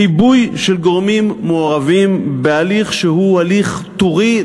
ריבוי גורמים המעורבים בהליך שהוא הליך טורי,